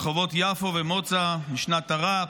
ברחובות יפו ומוצא בשנת תר"ף,